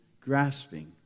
grasping